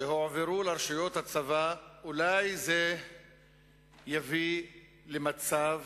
שהועברו לרשויות הצבא, אולי זה יביא למצב